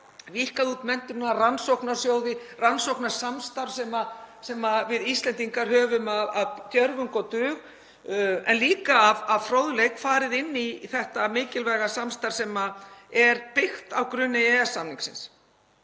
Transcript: ég get nefnt rannsóknarsjóði, rannsóknarsamstarf. Við Íslendingar höfum af djörfung og dug en líka af fróðleiksfýsn farið inn í þetta mikilvæga samstarf sem er byggt á grunni EES-samningsins.